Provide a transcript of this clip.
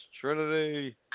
trinity